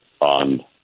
on